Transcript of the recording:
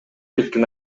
кеткен